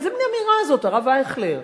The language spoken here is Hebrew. איזה מין אמירה זאת, הרב אייכלר?